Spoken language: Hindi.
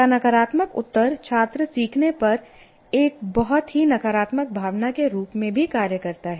का नकारात्मक उत्तर छात्र सीखने पर एक बहुत ही नकारात्मक भावना के रूप में भी कार्य करता है